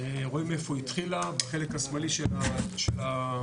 רואים איפה היא התחילה, בחלק השמאלי של השקף